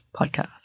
podcast